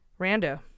Rando